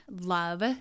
love